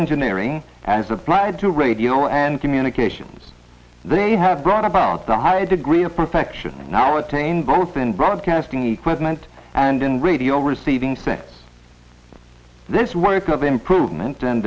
engineering as applied to radio and communications they have brought about the high degree of perfection now attained both in broadcasting equipment and in radio receiving thinks this work of improvement and